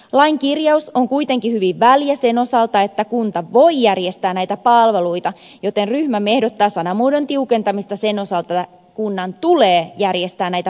lain kirjaus on kuitenkin hyvin väljä sen osalta että kunta voi järjestää näitä palveluita joten ryhmämme ehdottaa sanamuodon tiukentamista sen osalta että kunnan tulee järjestää näitä palveluja